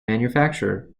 manufacturer